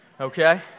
Okay